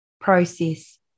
process